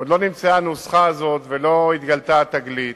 עוד לא נמצאה הנוסחה הזאת ולא התגלתה התגלית.